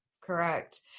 Correct